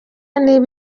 niba